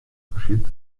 engagierte